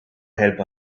help